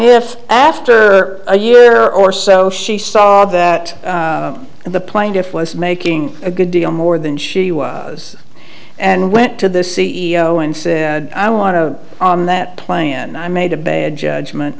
if after a year or so she saw that the plaintiff was making a good deal more than she was and went to the c e o and said i want to on that plan i made a bad judgment